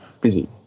busy